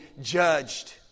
judged